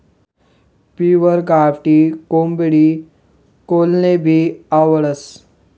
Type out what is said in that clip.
pure गावठी कोंबडी कोनलेभी आवडस